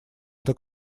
эта